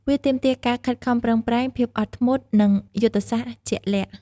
វាទាមទារការខិតខំប្រឹងប្រែង ភាពអត់ធ្មត់ និងយុទ្ធសាស្ត្រជាក់លាក់។